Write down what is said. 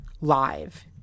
live